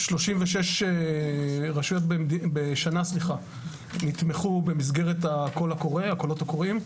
36 רשויות בשנה נתמכו במסגרת הקולות הקוראים.